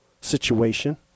situation